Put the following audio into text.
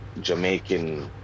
Jamaican